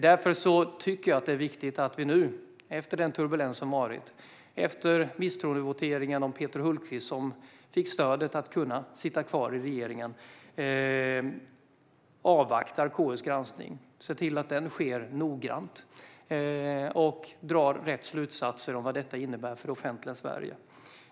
Därför tycker jag att det är viktigt att vi nu efter den turbulens som har varit - efter misstroendeomröstningen om Peter Hultqvist, där han fick stöd för att sitta kvar i regeringen - avvaktar KU:s granskning, ser till att den sker noggrant och drar rätt slutsatser om vad detta innebär för det offentliga Sverige.